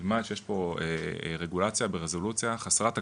ילמד שיש פה רגולציה ברזולוציה חסרת תקדים.